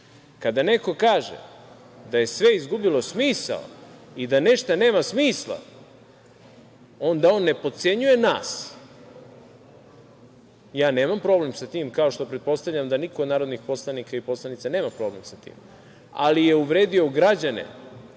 neko kaže da je sve izgubilo smisao i da ništa nema smisla, onda on ne potcenjuje nas. Ja nemam problem sa tim, kao što pretpostavljam da niko od narodnih poslanika i poslanica nema problem sa tim, ali je uvredio građane,